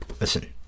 Listen